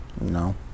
No